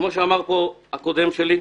כמו שאמר פה הקודם שלי,